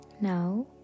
Now